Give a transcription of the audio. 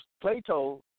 Plato